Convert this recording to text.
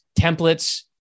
templates